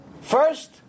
first